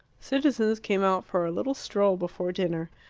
citizens came out for a little stroll before dinner.